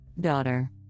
Daughter